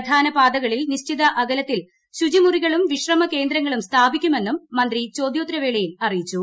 പ്രധാന പാതകളിൽ നിശ്ചിത അകലത്തിൽ ശുചിമുറികളും വിശ്രമകേന്ദ്രങ്ങളും സ്ഥാപിക്കുമെന്നും മന്ത്രി ചോദ്യോത്തരവേളയിൽ അറിയിച്ചു